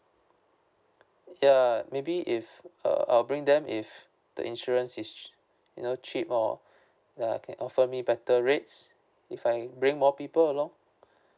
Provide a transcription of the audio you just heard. ya maybe if err I'll bring them if the insurance is you know cheap or ah can offer me better rates if I bring more people along